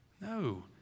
No